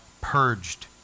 purged